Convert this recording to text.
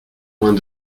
vingt